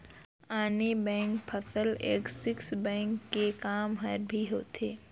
आने बेंक फसल Axis bank के काम हर भी होथे